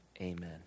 Amen